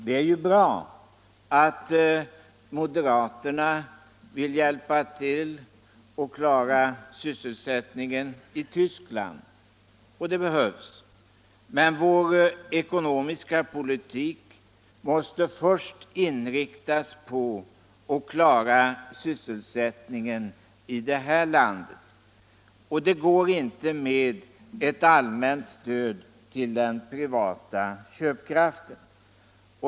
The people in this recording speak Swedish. Det är ju bra att moderaterna vill hjälpa upp sysselsättningen i Tyskland — det behövs - men vår ekonomiska politik måste först inriktas på att klara sysselsättningen i Sverige. Det sker inte med ett allmänt stöd till den privata köpkraften.